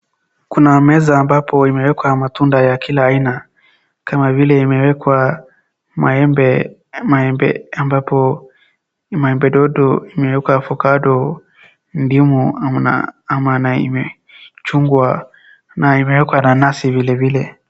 Kuna meza ambapo imewekwa matunda ya kila aina kama vile imwekwa maembe ambapo ni maembe dodo, imewekwa ovacado , ndimu ama na ime chungwa na imewekwa nanasi vilevile.